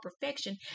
perfection